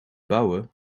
bouwen